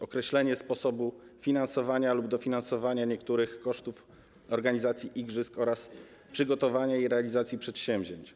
Określenie sposobu finansowania lub dofinansowania niektórych kosztów organizacji igrzysk oraz przygotowania i realizacji przedsięwzięć.